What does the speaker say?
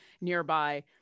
nearby